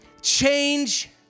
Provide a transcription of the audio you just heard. Change